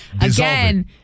again